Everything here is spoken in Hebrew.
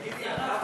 בקצרה.